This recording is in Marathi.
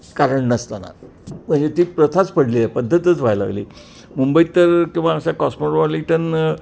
कारण नसताना म्हणजे ती प्रथाच पडली आहे पद्धतच व्हायला लागली मुंबईत तर किंवा असा कॉस्मोपॉलिटन